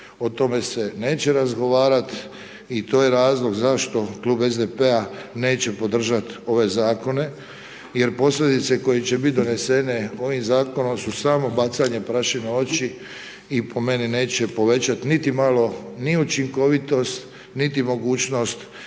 O tome se neće razgovarati i to je razlog zašto klub SDP-a neće podržati ove zakone jer posljedice koje će biti donesene ovim zakonom su samo bacanje prašine u oči i po meni, neće povećati nit imalo, ni učinkovitost niti mogućnost